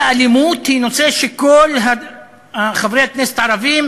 והאלימות היא נושא שכל חברי הכנסת הערבים